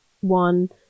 one